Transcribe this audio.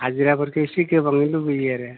हाजिराफोरखो एसे गोबाङै लुबैयो आरो